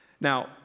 Now